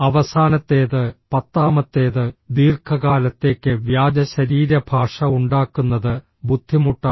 അവസാനത്തേത് പത്താമത്തേത് ദീർഘകാലത്തേക്ക് വ്യാജ ശരീരഭാഷ ഉണ്ടാക്കുന്നത് ബുദ്ധിമുട്ടാണ്